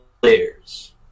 players